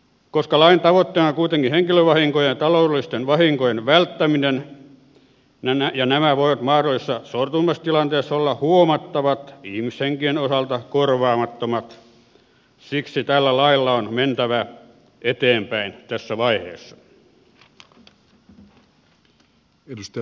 koska lain tavoitteena on kuitenkin henkilövahinkojen ja taloudellisten vahinkojen välttäminen ja nämä voivat mahdollisessa sortumistilanteessa olla huomattavat ihmishenkien osalta korvaamattomat siksi tällä lailla on mentävä eteenpäin tässä vaiheessa